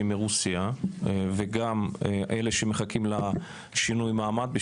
מרוסיה וגם של אלו שמחכים לשינוי מעמד,